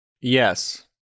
Yes